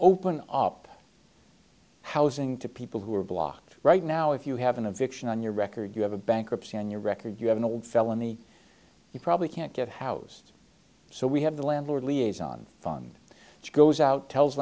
open up housing to people who are blocked right now if you haven't a vixen on your record you have a bankruptcy on your record you have an old felony you probably can't get house so we have the landlord liaison fund which goes out tells